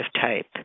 type